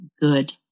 good